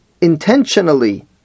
intentionally